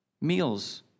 meals